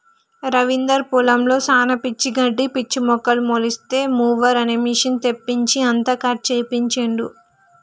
రవీందర్ పొలంలో శానా పిచ్చి గడ్డి పిచ్చి మొక్కలు మొలిస్తే మొవెర్ అనే మెషిన్ తెప్పించి అంతా కట్ చేపించిండు